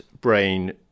brain